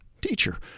Teacher